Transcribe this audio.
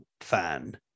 fan